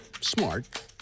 smart